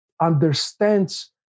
understands